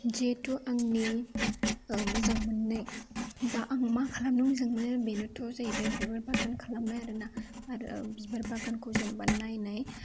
जिहेतु आंनि मोजां मोन्नाय बा आं मा खालामनो मोजां मोनो बेनोथ' जाहैबाय बिबार बागान खालामनाय आरोना आरो बिबार बागानखौ जेनेबा नायनाय